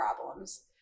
problems